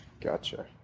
Gotcha